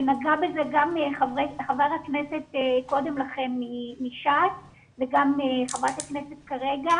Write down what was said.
ונגע בזה גם חבר הכנסת קודם לכן מש"ס וגם חברת הכנסת כרגע.